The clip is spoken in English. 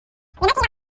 remotely